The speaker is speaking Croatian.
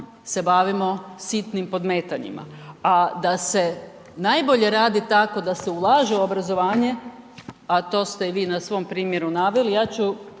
se bavimo sitnim podmetanjima. A da se najbolje radi tako da se ulaže u obrazovanje, a to ste i vi na svom primjeru naveli, ja ću